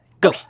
Go